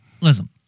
listen